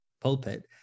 pulpit